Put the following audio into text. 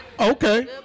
Okay